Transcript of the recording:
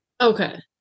Okay